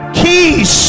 keys